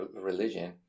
religion